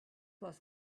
was